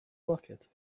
bucket